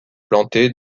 plantés